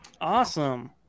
Awesome